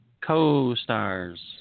co-stars